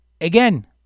again